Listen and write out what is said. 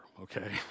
okay